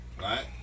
Right